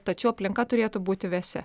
tačiau aplinka turėtų būti vėsi